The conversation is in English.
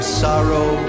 sorrow